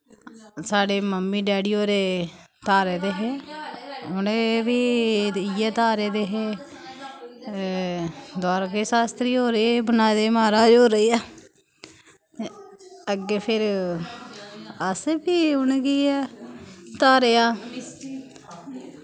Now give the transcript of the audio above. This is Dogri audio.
साढ़े मम्मी डैडी होरें धारे दे हे उ'नें बी इ'यै धारे दे हे द्वारके शास्त्री होर एह् बना दे म्हाराज होर अग्गें फिर असें बी उ'नें गी गै धारेआ